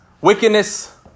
wickedness